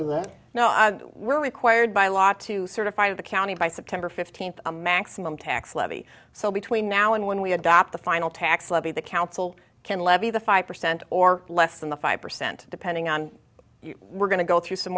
to that now we're required by law to certify the county by september fifteenth a maximum tax levy so between now and when we adopt the final tax levy the council can levy the five percent or less than the five percent depending on we're going to go through some